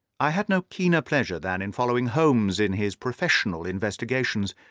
i had no keener pleasure than in following holmes in his professional investigations,